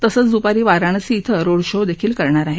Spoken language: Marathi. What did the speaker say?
तसंच दुपारी वाराणसी िं रोड शो देखील करणार आहेत